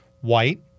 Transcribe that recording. white